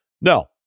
No